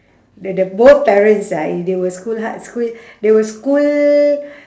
the the both parents ah it they were school heart school they were school